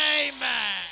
Amen